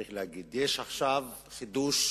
אחרי זה אני מציעה לך לעקוב, אדוני השר.